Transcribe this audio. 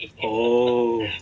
oh